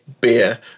beer